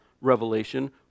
revelation